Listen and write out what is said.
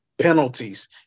penalties